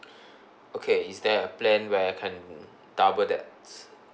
okay is there a plan where I can double that